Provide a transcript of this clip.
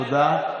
תודה.